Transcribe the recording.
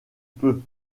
peux